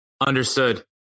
Understood